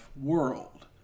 World